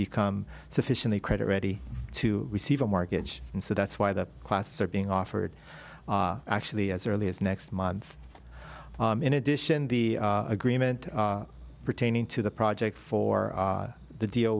become sufficiently credit ready to receive a mortgage and so that's why the classes are being offered actually as early as next month in addition the agreement pertaining to the project for the deal